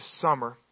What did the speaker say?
summer